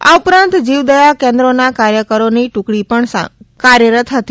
આ ઉપરાંત જીવદયા કેન્દ્રોના કાર્યકરોની ટૂકડી પણ કાર્યરત હતી